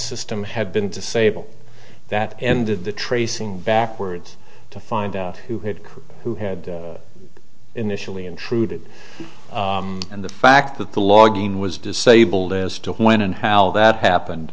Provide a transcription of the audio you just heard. system had been disabled that ended the tracing backwards to find out who had who had initially intruded and the fact that the logging was disabled as to when and how that happened